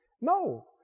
No